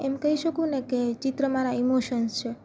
એમ કહી શકુંને કે ચિત્ર મારા ઈમોશન્સ છે